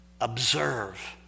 observe